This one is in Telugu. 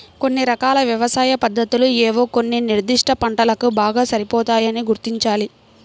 కొన్ని రకాల వ్యవసాయ పద్ధతులు ఏవో కొన్ని నిర్దిష్ట పంటలకు బాగా సరిపోతాయని గుర్తించాలి